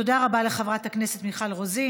תודה רבה לחברת הכנסת מיכל רוזין.